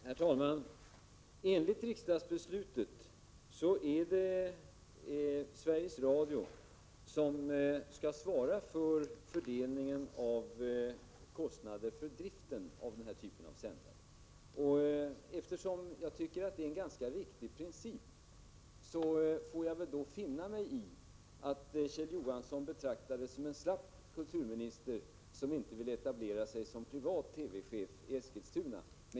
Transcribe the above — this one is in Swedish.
Herr talman! Enligt riksdagsbeslutet är det Sveriges Radio som skall svara för fördelningen av kostnader för driften av den här typen av sändningar. Eftersom jag tycker att detta är en ganska riktig princip får jag väl finna mig i att Kjell Johansson betraktar mig som en slapp kulturminister därför att jag inte vill etablera mig som privat TV-chef i Eskilstuna.